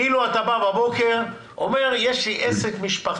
כאילו אתה בא בבוקר ואומר: יש לי עסק משפחתי.